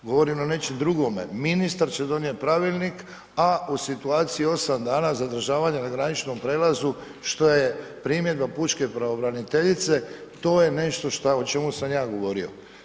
Govorim na nečemu drugome, ministar će donijeti pravilnik, a u situaciji 8 dana zadržavanja na graničnom prijelazu, što je primjedba Pučke pravobraniteljice, to je nešto što, o čemu sam ja govorio.